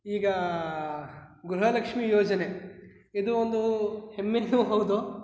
ಈಗ ಗೃಹಲಕ್ಷ್ಮಿ ಯೋಜನೆ ಇದು ಒಂದು ಹೆಮ್ಮೆ ಹೌದು